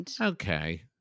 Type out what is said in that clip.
Okay